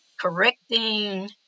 correcting